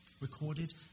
recorded